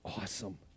awesome